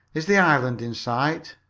is the island in sight?